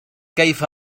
كيف